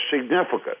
significant